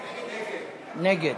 נגד.